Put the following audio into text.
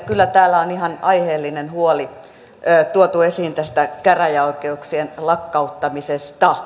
kyllä täällä on ihan aiheellinen huoli tuotu esiin tästä käräjäoikeuksien lakkauttamisesta